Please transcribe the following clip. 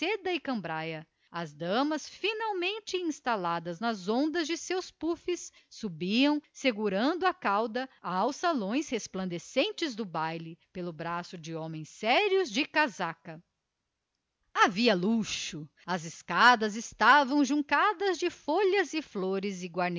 e cambraia as damas finamente envolvidas nas ondas dos seus pufes subiam arrepanhando a cauda aos salões do baile pelo braço de homens sérios de casaca havia luxo os lances da escadaria mostravam-se juncados de flores